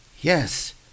Yes